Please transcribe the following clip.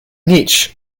nietzsche